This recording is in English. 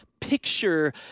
picture